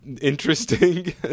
interesting